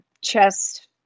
chest